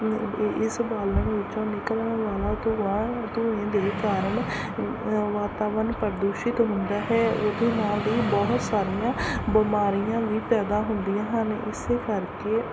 ਇਸ ਬਾਲਣ ਵਿੱਚੋਂ ਨਿਕਲਣ ਵਾਲਾ ਧੂੰਆਂ ਧੂੰਏਂ ਦੇ ਕਾਰਨ ਵਾਤਾਵਰਨ ਪ੍ਰਦੂਸ਼ਿਤ ਹੁੰਦਾ ਹੈ ਉਹਦੇ ਨਾਲ ਵੀ ਬਹੁਤ ਸਾਰੀਆਂ ਬਿਮਾਰੀਆਂ ਵੀ ਪੈਦਾ ਹੁੰਦੀਆਂ ਹਨ ਇਸੇ ਕਰਕੇ